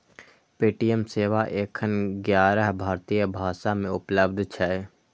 Paytm सेवा एखन ग्यारह भारतीय भाषा मे उपलब्ध छै